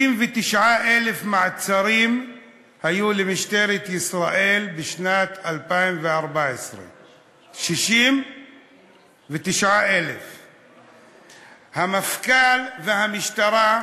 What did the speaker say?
69,000 מעצרים היו למשטרת ישראל בשנת 2014. 69,000. המפכ"ל והמשטרה,